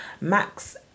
Max